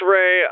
Ray